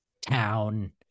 town